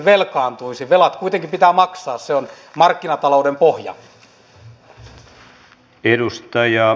velat kuitenkin pitää maksaa se on markkinatalouden pohja